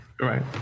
right